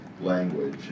language